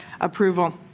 approval